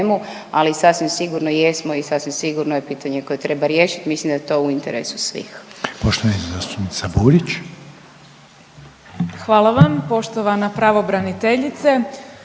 ali sasvim sigurno jesmo i sasvim sigurno je pitanje koje treba riješit, mislim da je to u interesu svih. **Reiner, Željko (HDZ)** Poštovana zastupnica